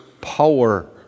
power